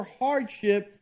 hardship